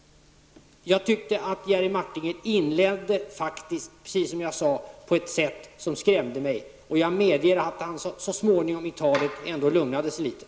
Jerry Martinger inledde på ett sätt som skrämde mig. Jag medger att han så småningom i sitt anförande lugnade sig litet.